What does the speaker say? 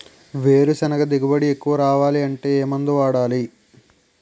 వేరుసెనగ దిగుబడి ఎక్కువ రావాలి అంటే ఏ మందు వాడాలి?